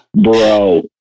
Bro